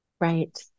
Right